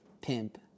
pimp